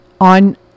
on